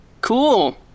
cool